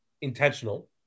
intentional